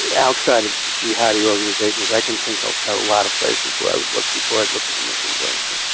yeah outside of jihadi organisations i can think of a lot of places where i would look before i'd look at the muslim brotherhood.